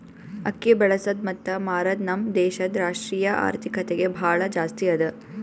ಅಕ್ಕಿ ಬೆಳಸದ್ ಮತ್ತ ಮಾರದ್ ನಮ್ ದೇಶದ್ ರಾಷ್ಟ್ರೀಯ ಆರ್ಥಿಕತೆಗೆ ಭಾಳ ಜಾಸ್ತಿ ಅದಾ